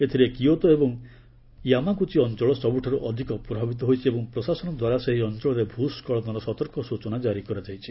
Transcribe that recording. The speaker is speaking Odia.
ଏଥିରେ କିୟୋତୋ ଏବଂ ୟାମାଗୁଚି ଅଞ୍ଚଳ ସବୁଠାରୁ ଅଧିକ ପ୍ରଭାବିତ ହୋଇଛି ଏବଂ ପ୍ରଶାସନଦ୍ୱାରା ସେହି ଅଞ୍ଚଳରେ ଭ୍ ସ୍କଳନର ସତର୍କ ସ୍ନଚନା ଜାରି କରାଯାଇଛି